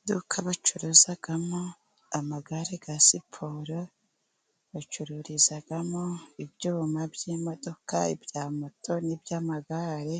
Iduka bacuruzamo amagare ya siporo, bacururizamo ibyuma by'imodoka, ibya moto n'iby'amagare,